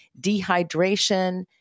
dehydration